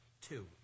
Two